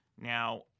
Now